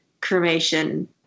cremation